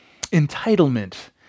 Entitlement